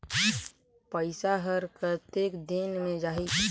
पइसा हर कतेक दिन मे जाही?